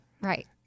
right